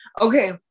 Okay